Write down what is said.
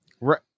right